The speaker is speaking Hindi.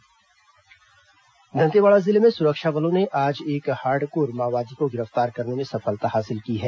माओवादी गिरफ्तार दंतेवाड़ा जिले में सुरक्षा बलों ने आज एक हार्डकोर माओवादी को गिरफ्तार करने में सफलता हासिल की है